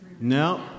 No